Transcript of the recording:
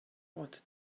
wanted